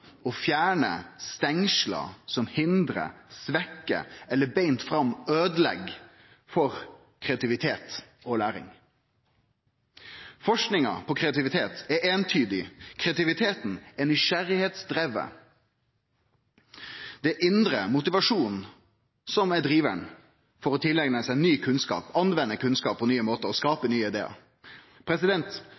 og fjerne stengsel som hindrar, svekkjer eller beint fram øydelegg for kreativitet og læring. Forskinga på kreativitet er eintydig – kreativiteten er driven av nysgjerrigheita. Det er den indre motivasjonen som er drivaren for å tileigne seg ny kunnskap, anvende kunnskap på nye måtar og skape nye idear.